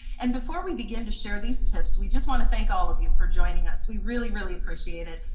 and before we begin to share these tips we just wanna thank all of you for joining us, we really, really appreciate it.